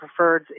preferreds